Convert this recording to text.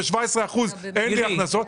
ב-17% אין לי הכנסות,